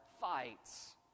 fights